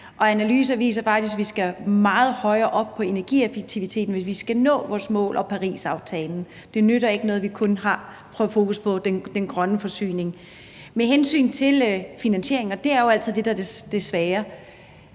analyser viser faktisk, at vi skal meget højere op på energieffektiviteten, hvis vi skal nå vores mål og Parisaftalen. Det nytter ikke noget, at vi kun har fokus på den grønne forsyning. Med hensyn til finansieringen – og det er jo altid det, der er det svære